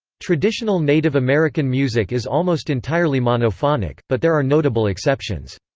traditional native american music is almost entirely monophonic, but there are notable exceptions.